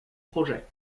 projet